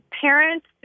parents